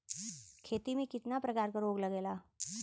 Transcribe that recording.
खेती में कितना प्रकार के रोग लगेला?